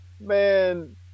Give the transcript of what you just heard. Man